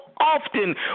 often